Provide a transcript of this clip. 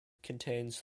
contains